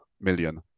million